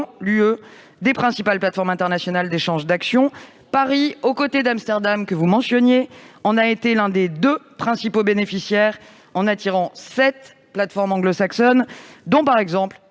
des principales plateformes internationales d'échanges d'actions. Paris, aux côtés d'Amsterdam que vous mentionnez, en a été l'un des deux principaux bénéficiaires en attirant sept plateformes anglo-saxonnes, notamment la